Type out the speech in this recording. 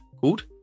called